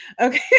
Okay